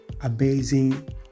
amazing